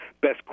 best